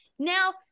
Now